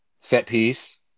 set-piece